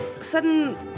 sudden